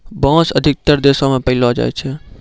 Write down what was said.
बांस अधिकतर देशो म पयलो जाय छै